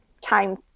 time